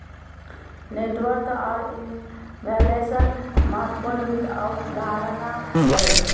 net worth आर inflation महत्वपूर्ण वित्त अवधारणा हय